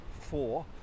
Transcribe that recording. four